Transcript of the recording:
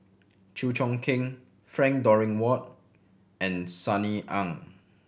Chew Choo Keng Frank Dorrington Ward and Sunny Ang